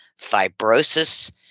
fibrosis